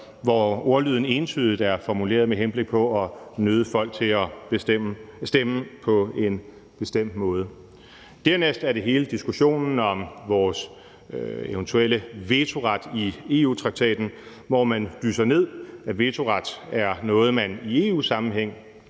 hvor ordlyden entydigt er formuleret med henblik på at nøde folk til at stemme på en bestemt måde. Dernæst er der hele diskussionen om vores eventuelle vetoret i EU-traktaten, hvor man dysser ned, at vetoret er noget, man i EU-sammenhæng